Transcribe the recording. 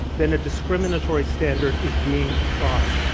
then a discriminatory standard is being applied.